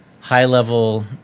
high-level